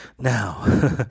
now